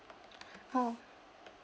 [ho]